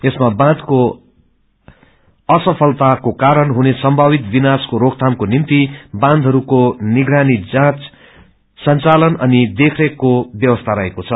यसमा बाँधको असफलताको कारण हुने संमावित विनाशको रोकयामको निम्ति बाँथहस्को निगरानी जाँच संघालन अनि देखरेखसको बस्ती रहेको छ